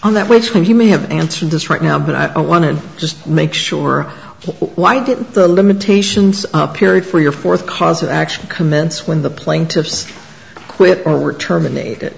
on that which he may have answered this right now but i don't want to just make sure why did the limitations period for your fourth cause of action commence when the plaintiffs quit or were terminated